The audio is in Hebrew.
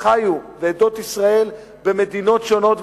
ואת עדות ישראל שחיו במדינות שונות,